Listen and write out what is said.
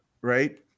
right